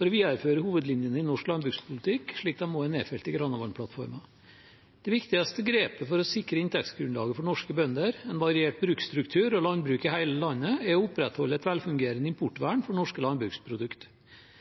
for å videreføre hovedlinjene i norsk landbrukspolitikk, slik de også er nedfelt i Granavolden-plattformen. Det viktigste grepet for å sikre inntektsgrunnlaget for norske bønder, en variert bruksstruktur og landbruk i hele landet er å opprettholde et velfungerende importvern for norske